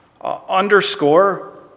underscore